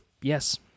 Yes